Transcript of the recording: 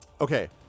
Okay